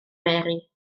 mary